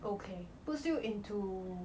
okay puts you into